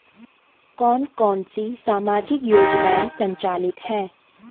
कौन कौनसी सामाजिक योजनाएँ संचालित है?